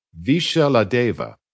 Vishaladeva